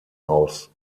aus